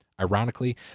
Ironically